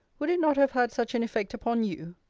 would it not have had such an effect upon you?